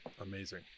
amazing